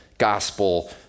gospel